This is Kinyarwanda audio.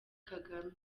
kagame